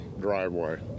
driveway